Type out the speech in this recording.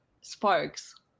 sparks